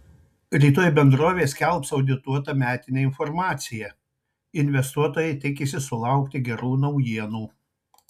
rytoj bendrovė skelbs audituotą metinę informaciją investuotojai tikisi sulaukti gerų naujienų